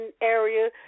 area